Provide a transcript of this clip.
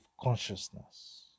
consciousness